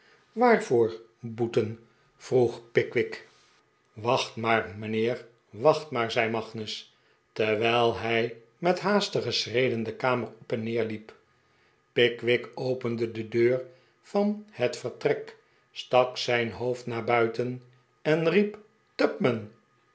waarvoor boeten vroeg pickwick wacht maar mijnheer wacht maar zei magnus terwijl hij met haastige schreden de kamer op en neer hep pickwick opende de deur van het vertrek stak zijn hoofd naar buiten en riep tupman